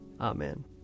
Amen